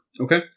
Okay